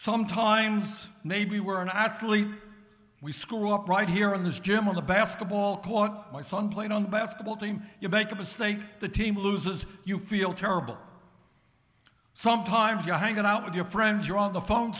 sometimes maybe we're not really we screw up right here in this gym on the basketball court my son played on the basketball team you're bankable stay the team loses you feel terrible sometimes you're hanging out with your friends you're on the phone